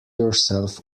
yourself